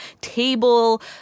table